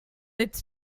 its